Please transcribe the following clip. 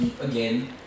again